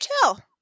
tell